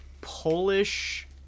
Polish